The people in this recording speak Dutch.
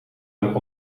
een